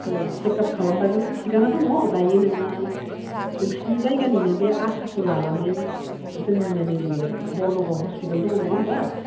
औ चेकआप खालामबायब्लाथ' थिखआनो दङ दायो नोङो नोंसिनि जायगानिनो आसाखौ लानानै जोंनिनो नैबे बर्नगाव हस्पिटाल दङ नङा होमब्ला